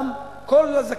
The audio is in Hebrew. גם, כל הזכאים.